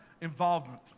involvement